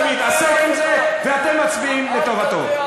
הוא מתעסק עם זה, ואתם מצביעים לטובתו.